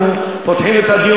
חבר הכנסת משה